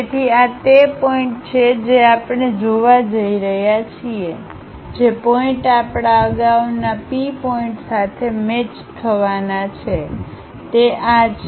તેથી આ તે પોઇન્ટ છે જે આપણે જોવા જઈ રહ્યા છીએ જે પોઇન્ટ આપણા અગાઉના P પોઇન્ટ સાથે મેચ થવાના છે તે આ છે